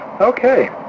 Okay